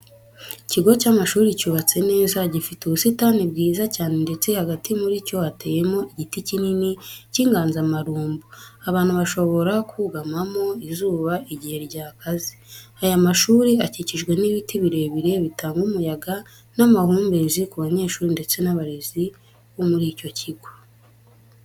Ikigo cy'amashuri cyubatse neza, gifite ubusitani bwiza cyane ndetse hagati muri cyo hateyemo igiti kinini cy'inganzamarumbo abantu bashobora kugamamo izuba igihe ryakaze. Aya mashuri akikijwe n'ibiti birebire bitanga umuyaga n'amahumbezi ku banyeshuri ndetse n'abarezi bo muri icyo kigo.